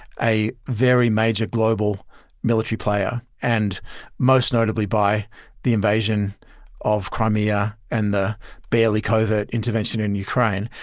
a very major global military player and most notably by the invasion of crimea and the barely covert intervention in ukraine,